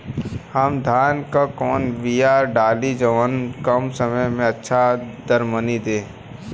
हम धान क कवन बिया डाली जवन कम समय में अच्छा दरमनी दे?